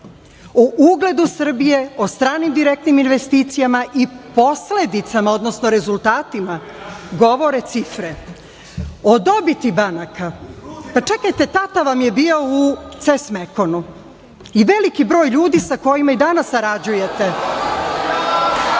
ugledu Srbije, o stranim direktnim investicijama i posledicama, odnosno rezultatima, govore cifre. O dobiti banaka... Čekajte, tata vam je bio u „CES Mekonu“ i veliki broj ljudi sa kojima danas sarađujete.